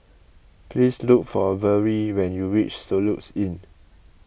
please look for Vertie when you reach Soluxe Inn